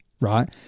right